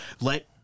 Let